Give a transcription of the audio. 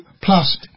plus